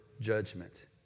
judgment